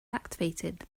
activated